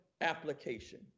application